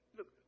Look